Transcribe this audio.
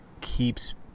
keeps